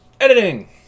Editing